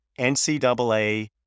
NCAA